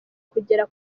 kugera